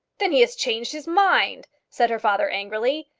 then he has changed his mind, said her father angrily.